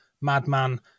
Madman